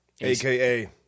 aka